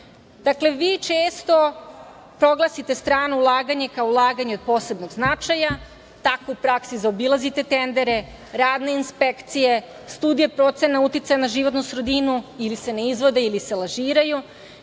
Dakle, vi često proglasiste strano ulaganje kao ulaganje od posebnog značaja, tako u praksi zaobilazite tendere, radne inspekcije, studije procena uticaja na životnu sredinu ili se ne izvode ili se lažiraju,